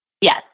Yes